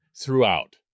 throughout